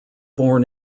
born